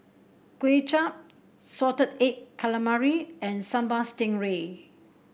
Kway Chap Salted Egg Calamari and Sambal Stingray